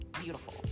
beautiful